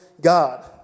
God